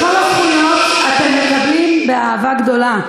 את כל הזכויות אתם מקבלים באהבה גדולה,